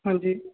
ਹਾਂਜੀ